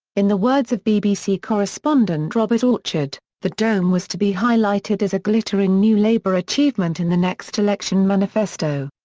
in the words of bbc correspondent robert orchard, the dome was to be highlighted as a glittering new labour achievement in the next election manifesto.